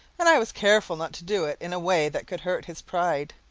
and i was careful not to do it in a way that could hurt his pride.